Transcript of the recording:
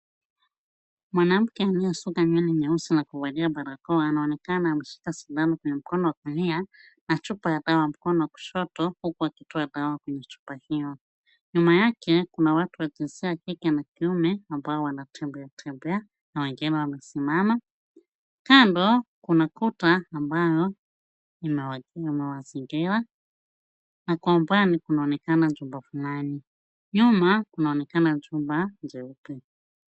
Mwanamke aliyesuka nywele nyeusi na kuvalia barakoa anaonekana ameshika sindano kwenye mkono wa kulia na chupa ya dawa mkono wa kushoto huku akitoa dawa kwenye chupa hiyo. Nyuma yake kuna watu wa jinsia ya kike na kiume ambao wanatembeatembea na wengine wamesimama. Kando kuna kuta mbayo imewazingira na kwa umbali kunaonekana jumba fulani. Nyuma kunaonekana jumba jeupe.